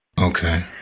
Okay